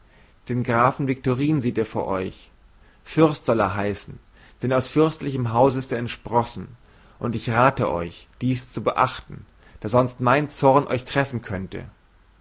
den grafen viktorin seht ihr vor euch fürst sollte er heißen denn aus fürstlichem hause ist er entsprossen und ich rate euch dies zu beachten da sonst mein zorn euch treffen könnten